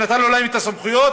שנתַנו להם את הסמכויות,